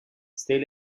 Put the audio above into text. stale